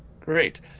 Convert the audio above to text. Great